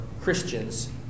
Christians